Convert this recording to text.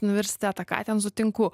universitetą ką ten sutinku